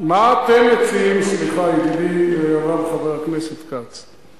מה אתם מציעים, סליחה, ידידי, חבר הכנסת כץ.